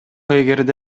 эгерде